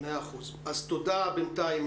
נלה, תודה בינתיים.